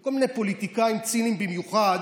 וכל מיני פוליטיקאים ציניים במיוחד: